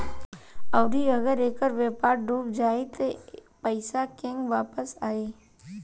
आउरु अगर ऐकर व्यापार डूब जाई त पइसा केंग वापस आई